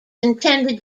intended